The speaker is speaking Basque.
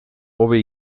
hobe